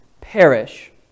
perish